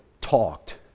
talked